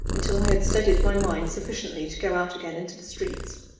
until i had steadied my mind sufficiently to go out again into the streets.